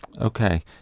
Okay